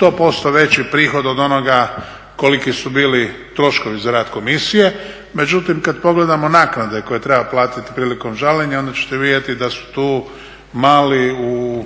100% veći prihod od onoga koliki su bili troškovi za rad Komisije. Međutim kad pogledamo naknade koje treba platiti prilikom žaljenja onda ćete vidjeti da su tu mali u